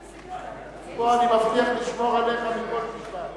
פה אני מבטיח לשמור עליך מכל משמר.